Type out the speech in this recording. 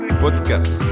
Podcast